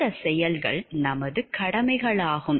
இந்தச் செயல்கள் நமது கடமைகளாகும்